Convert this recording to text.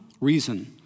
reason